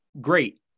great